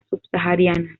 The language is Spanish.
subsahariana